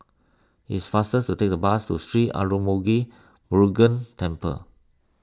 it is faster to take the bus to Sri Arulmigu Murugan Temple